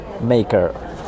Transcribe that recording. maker